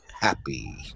happy